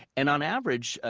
and on average,